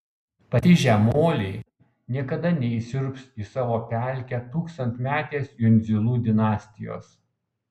patižę moliai niekada neįsiurbs į savo pelkę tūkstantmetės jundzilų dinastijos